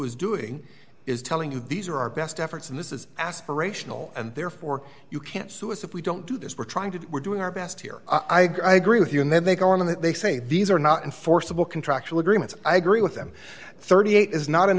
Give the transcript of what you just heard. is doing is telling you these are our best efforts and this is aspirational and therefore you can't sue us if we don't do this we're trying to we're doing our best here i agree with you and then they go on that they say these are not enforceable contractual agreements i agree with them thirty eight